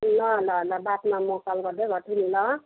ल ल ल बादमा म कल गर्दै गर्छु नि ल